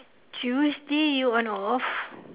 Tuesday you on off